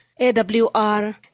AWR